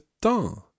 temps